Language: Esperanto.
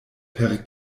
per